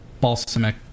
balsamic